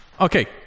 Okay